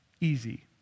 Easy